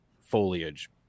foliage